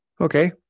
Okay